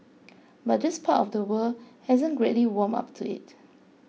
but this part of the world hasn't greatly warmed up to it